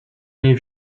nie